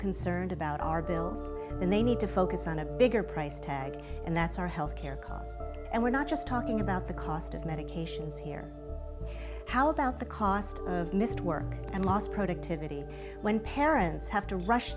concerned about our bills and they need to focus on a bigger price tag and that's our health care costs and we're not just talking about the cost of medications here how about the cost of missed work and lost productivity when parents have to rush